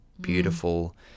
beautiful